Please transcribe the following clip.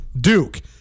Duke